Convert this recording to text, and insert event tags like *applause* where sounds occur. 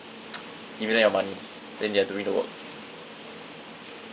*noise* giving them your money then they're doing the work